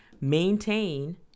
maintain